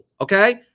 Okay